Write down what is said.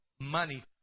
money